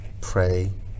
pray